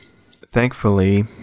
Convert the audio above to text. Thankfully